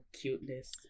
cuteness